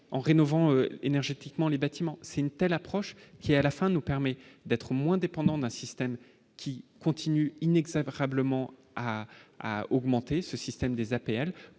en rénovant énergétiquement les bâtiments si une telle approche qui à la fin nous permet d'être moins dépendant d'un système qui continue inexorablement à à augmenter ce système des APL